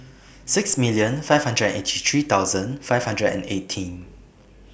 six million five hundred and eighty three thousand five hundred and eighteen